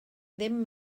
ddim